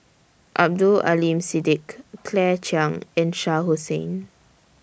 Abdul Aleem Siddique Claire Chiang and Shah Hussain